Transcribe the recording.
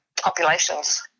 populations